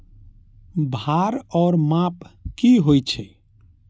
भार ओर माप की होय छै?